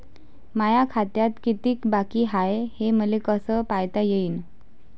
माया खात्यात कितीक बाकी हाय, हे मले कस पायता येईन?